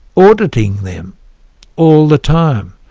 auditing them all the time.